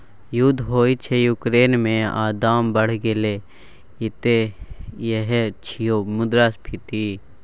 युद्ध होइ छै युक्रेन मे आ दाम बढ़ि गेलै एतय यैह छियै मुद्रास्फीति